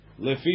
lefi